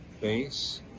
base